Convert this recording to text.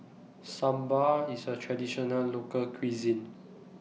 Sambar IS A Traditional Local Cuisine